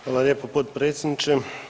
Hvala lijepo potpredsjedniče.